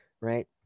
right